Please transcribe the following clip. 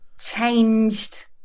changed